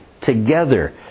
together